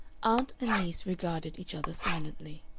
aunt and niece regarded each other silently.